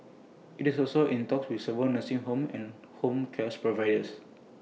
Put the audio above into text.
IT is also in talks with several nursing homes and home cares providers